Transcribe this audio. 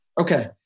Okay